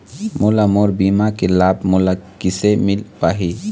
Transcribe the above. मोला मोर बीमा के लाभ मोला किसे मिल पाही?